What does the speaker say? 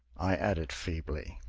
i added feebly.